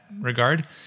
regard